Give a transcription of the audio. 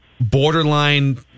borderline